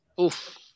Oof